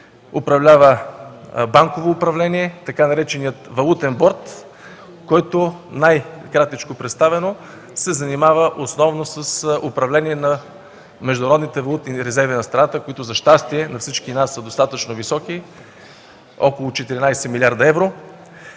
управлява „Банково управление”, така наречения Валутен борд. Той основно се занимава с управление на международните валутни резерви на страната, които за щастие на всички нас са достатъчно високи – около 14 млрд. евро.